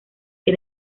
que